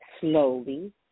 slowly